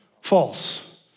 False